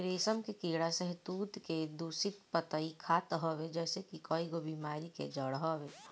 रेशम के कीड़ा शहतूत के दूषित पतइ खात हवे जेसे इ कईगो बेमारी के जड़ हवे